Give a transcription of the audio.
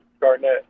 Garnett